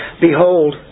Behold